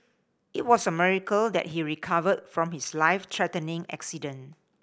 it was a miracle that he recovered from his life threatening accident